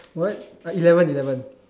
what uh eleven eleven